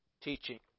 teaching